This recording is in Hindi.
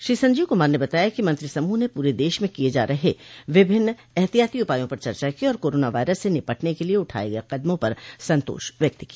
श्री संजीव कुमार ने बताया कि मंत्रिसमूह ने पूरे देश में किए जा रहे विभिन्न एहतियाती उपायों पर चर्चा की और कोरोना वायरस से निपटने के लिए उठाए गये कदमों पर संतोष व्यक्त किया